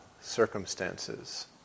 circumstances